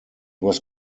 was